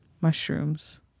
Mushrooms